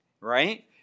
right